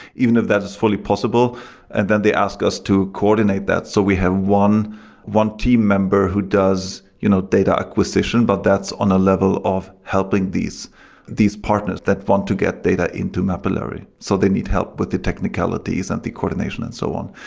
even though if that is fully possible and then they ask us to coordinate that. so we have one team member who does you know data acquisition, but that's on a level of helping these these partners that want to get data into mapillary. so they need help with the technicalities and the coordination and so on.